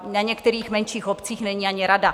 Na některých menších obcích není ani rada.